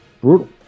Brutal